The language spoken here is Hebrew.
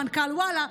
מנכ"ל וואלה,